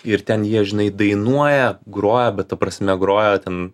ir ten jie žinai dainuoja groja bet ta prasme groja ten